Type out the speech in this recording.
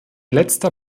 letzter